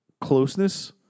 closeness